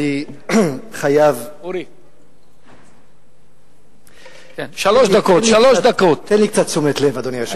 אני חייב, תן לי קצת תשומת לב, אדוני היושב-ראש.